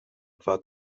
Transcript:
war